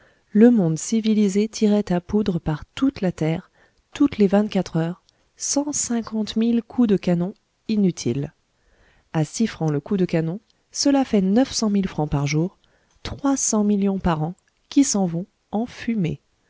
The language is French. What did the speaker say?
le monde civilisé tirait à poudre par toute la terre toutes les vingt-quatre heures cent cinquante mille coups de canon inutiles à six francs le coup de canon cela fait neuf cent mille francs par jour trois cents millions par an qui s'en vont en fumée